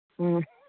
ꯎꯝ